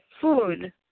food